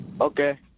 Okay